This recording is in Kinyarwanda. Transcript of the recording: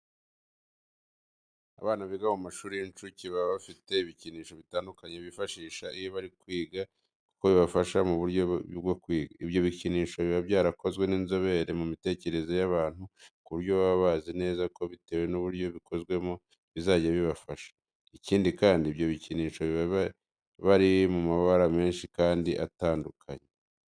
Abana biga mu mashuri y'uncuke baba bafite ibikinisho bitandukanye bifashisha iyo bari kwiga kuko bibafasha mu byo biga. Ibyo bikinisho biba byarakozwe n'inzobere mu mitekerereze y'abantu ku buryo baba bazi neza ko bitewe n'uburyo bikozwemo bizajya bibafasha. Ikindi kandi ibyo bikinisho biba bari mu mabara menshi kandi atandukanye.